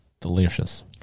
Delicious